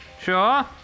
Sure